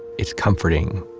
it's comforting,